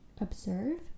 observe